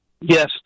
Yes